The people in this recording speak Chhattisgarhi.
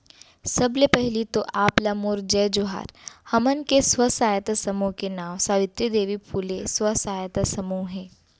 सबले पहिली तो आप ला मोर जय जोहार, हमन के स्व सहायता समूह के नांव सावित्री देवी फूले स्व सहायता समूह हे